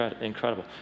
incredible